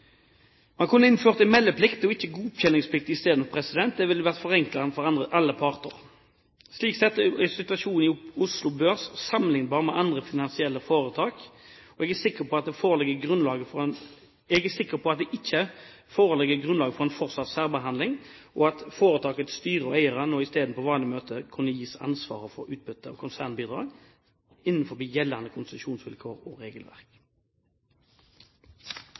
Man kunne innført meldeplikt og ikke godkjenningsplikt i stedet. Det ville vært forenklende for alle parter. Slik sett er situasjonen i Oslo Børs sammenliknbar med andre finansielle foretak. Jeg er ikke sikker på at det foreligger grunnlag for en fortsatt særbehandling, og at foretakets styre og eiere i stedet på vanlig måte kunne gis ansvaret for utbyttet av konsernbidrag innenfor gjeldende konsesjonsvilkår og regelverk.